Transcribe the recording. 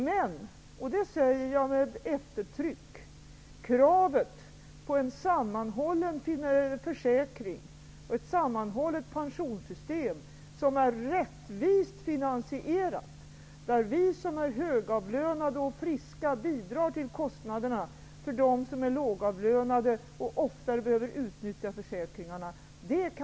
Men, och det säger jag med eftertryck, vi kan inte frångå kravet på en sammanhållen försäkring och ett sammanhållet pensionssystem som är rättvist finansierat. Vi som är högavlönade och friska skall bidra när det gäller att täcka kostnaderna för de lågavlönade och för dem som oftare behöver utnyttja försäkringarna.